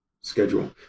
schedule